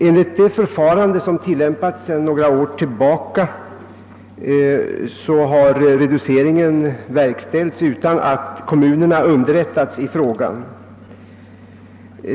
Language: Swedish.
Enligt det förfarande som tillämpats sedan några år tillbaka har reduceringen verkställts utan att kommunerna underrättats i frågan.